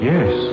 Yes